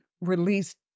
released